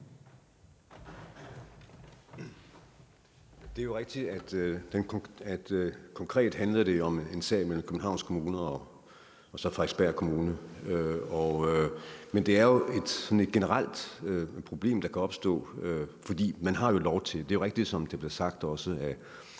Det er jo rigtigt, at det konkret handlede om en sag mellem Københavns Kommune og Frederiksberg Kommune, men det er et generelt problem, der kan opstå, fordi man har lov til det. Det er rigtigt, som det er blevet sagt også af